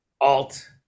alt